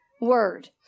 word